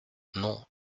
non